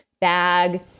bag